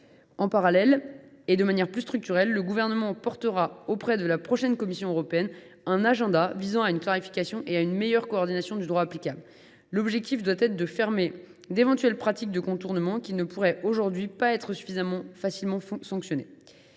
En parallèle, et de manière plus structurelle, le Gouvernement proposera à la prochaine Commission européenne un agenda visant à une clarification et une meilleure coordination du droit applicable. L’objectif doit être de mettre un terme à d’éventuelles pratiques de contournement qui ne pourraient aujourd’hui pas être facilement sanctionnées.